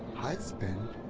husband?